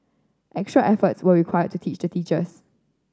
extra efforts were required to teach the teachers